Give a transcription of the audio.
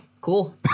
cool